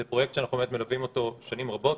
זה באמת פרויקט שאנחנו מלווים אותו שנים רבות,